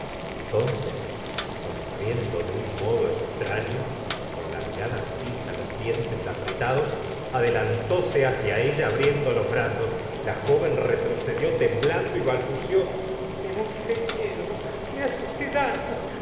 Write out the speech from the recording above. entonces sonriendo de un modo extraño con la mirada fija los dientes apretados adelantóse hacia ella abriendo los brazos la joven retrocedió temblando y balbuceó me da usted miedo me hace usted daño